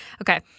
Okay